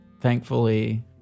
Thankfully